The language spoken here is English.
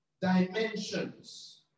dimensions